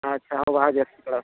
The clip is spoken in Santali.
ᱟᱨ ᱵᱟᱦᱟ ᱡᱟᱹᱥᱛᱤ ᱫᱷᱟᱨᱟ